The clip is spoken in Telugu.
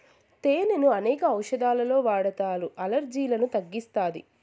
తేనెను అనేక ఔషదాలలో వాడతారు, అలర్జీలను తగ్గిస్తాది